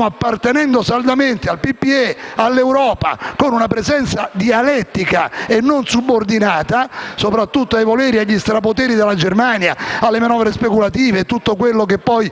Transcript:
apparteneva saldamente al PPE e all'Europa, ma con una presenza dialettica e non subordinata, soprattutto rispetto ai voleri e agli strapoteri della Germania, alle manovre speculative e a tutto quello che poi